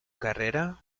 carrera